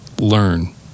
learn